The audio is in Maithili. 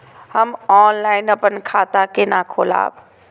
हम ऑनलाइन अपन खाता केना खोलाब?